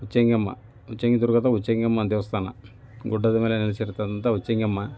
ಹುಚ್ಚಂಗಿಯಮ್ಮ ಹುಚ್ಚಂಗಿ ದುರ್ಗದ ಹುಚ್ಚಂಗಿಯಮ್ಮ ದೇವಸ್ಥಾನ ಗುಡ್ಡದ ಮೇಲೆ ನಿಲ್ಲಿಸಿರತಕ್ಕಂಥ ಹುಚ್ಚಂಗಿಯಮ್ಮ